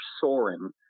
soaring